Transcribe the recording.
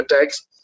attacks